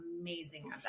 amazing